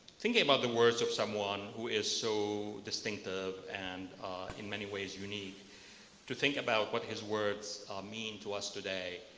thinking about the words of someone who is so distinctive and in many ways unique to think about what his words mean to us today,